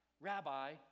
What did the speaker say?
Rabbi